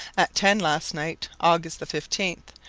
at ten last night, august the fifteenth,